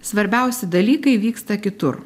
svarbiausi dalykai vyksta kitur